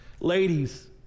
Ladies